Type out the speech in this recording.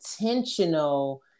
intentional